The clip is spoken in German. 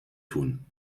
tun